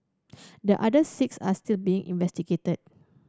the other six are still being investigated